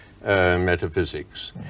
metaphysics